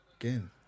Again